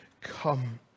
come